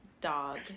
dog